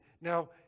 Now